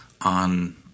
on